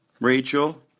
Rachel